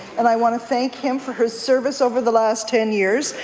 and i want to thank him for his service over the last ten years.